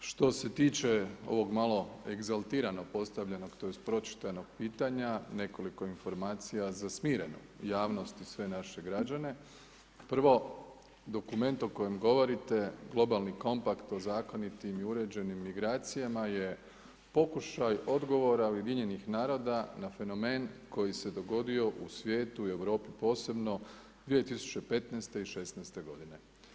Što se tiče ovo malo egzaltiranog postavljeno, tj. pročitanog pitanja nekoliko informacija za smireno javnost i sve naše građane, prvo dokument o kojem govorite Globalni kompakt o zakonitim i uređenim migracijama je pokušaj odgovora UN-a na fenomen koji se dogodio u svijetu i Europi posebno 2015. i 2016. godine.